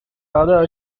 other